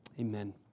Amen